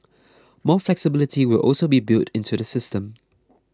more flexibility will also be built into the system